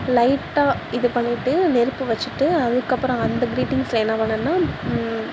லைட்டாக இது பண்ணிவிட்டு நெருப்பு வச்சுட்டு அதுக்கப்புறோம் அந்த க்ரீட்டிங்ஸில் என்ன பண்ணேன்னா